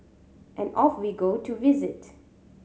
and off we go to visit